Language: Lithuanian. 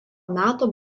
metų